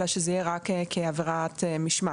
אלא שזה יהיה רק כעבירת משמעת.